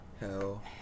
hell